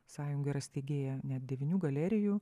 sąjunga yra steigėja net devynių galerijų